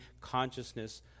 consciousness